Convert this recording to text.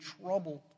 troubled